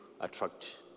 attract